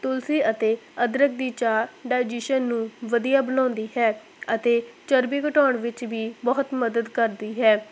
ਤੁਲਸੀ ਅਤੇ ਅਦਰਕ ਦੀ ਚਾਹ ਡਜੀਸ਼ਨ ਨੂੰ ਵਧੀਆ ਬਣਾਉਂਦੀ ਹੈ ਅਤੇ ਚਰਬੀ ਘਟਾਉਣ ਵਿੱਚ ਵੀ ਬਹੁਤ ਮਦਦ ਕਰਦੀ ਹੈ